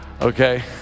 Okay